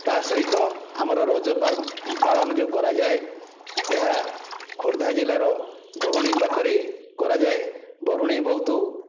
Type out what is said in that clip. ତାହା ସହିତ ଆମର ରଜ ପାଳନ ଯେଉଁ କରାଯାଏ ଏହା ଖୋର୍ଦ୍ଧା ଜିଲ୍ଲାର ବରୁଣେଇ ପାଖରେ କରାଯାଏ ବରୁଣେଇ ବହୁତ